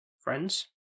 friends